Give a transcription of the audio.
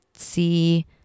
see